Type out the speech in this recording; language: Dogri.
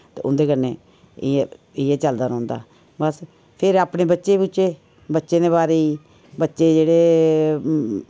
ते उंदे कन्नै एह् एह् चलदा रौंह्दा बस फिर अपने बच्चे बूच्चे बच्चें दे बारें च बच्चे जेह्ड़े